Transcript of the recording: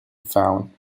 found